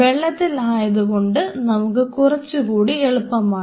വെള്ളത്തിൽ ആയതുകൊണ്ട് നമുക്ക് കുറച്ചുകൂടി എളുപ്പമാണ്